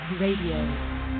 Radio